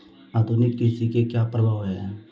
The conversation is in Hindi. आधुनिक कृषि के क्या प्रभाव हैं?